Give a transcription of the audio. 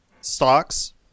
stocks